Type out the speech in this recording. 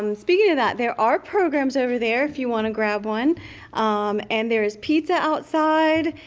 um speaking of that, there are programs over there if you want to grab one um and there is pizza outside.